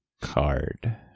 card